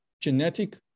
genetic